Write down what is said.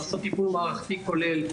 לעשות טיפול מערכתי כולל,